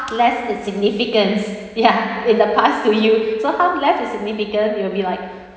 less in significance ya in the past to you so half left in significant you will be like